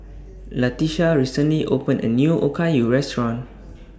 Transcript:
Latesha recently opened A New Okayu Restaurant